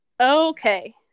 Okay